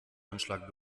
anschlag